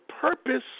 purpose